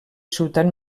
ciutat